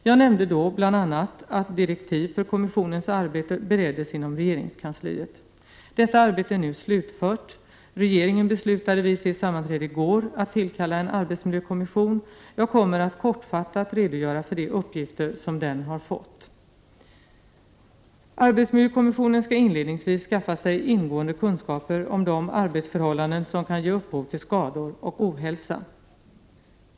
Jag nämnde då bl.a. att direktiv för kommissionens arbete bereddes inom regeringskansliet. Detta arbete är nu slutfört. Regeringen beslutade vid sitt sammanträde i går att tillkalla en arbetsmiljökommission. Jag kommer att kortfattat redogöra för de uppgifter som den har fått. Arbetsmiljökommissionen skall inledningsvis skaffa sig ingående kunskaper om de arbetsmiljöförhållanden som kan ge upphov till skador och ohälsa.